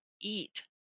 eat